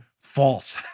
false